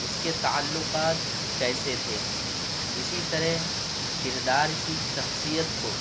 اس کے تعلقات کیسے تھے اسی طرح کردار کی شخصیت کو